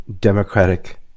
democratic